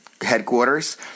headquarters